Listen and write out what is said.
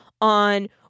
on